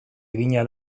egina